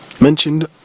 mentioned